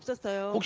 so much.